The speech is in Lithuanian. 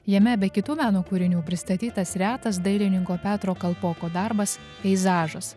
jame be kitų meno kūrinių pristatytas retas dailininko petro kalpoko darbas peizažas